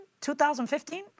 2015